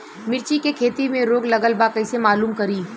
मिर्ची के खेती में रोग लगल बा कईसे मालूम करि?